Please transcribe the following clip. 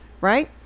Right